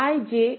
J